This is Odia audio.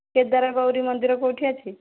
କେଦାରଗୌରୀ ମନ୍ଦିର କେଉଁଠି ଅଛି